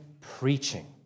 preaching